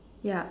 yup